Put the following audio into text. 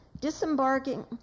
disembarking